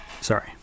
Sorry